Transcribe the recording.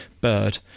bird